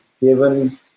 given